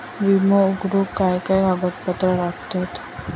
विमो उघडूक काय काय कागदपत्र लागतत?